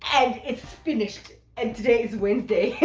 and it's finished. and today is wednesday.